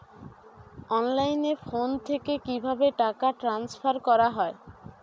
অনলাইনে ফোন থেকে কিভাবে টাকা ট্রান্সফার করা হয়?